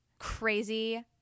Crazy